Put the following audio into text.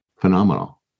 phenomenal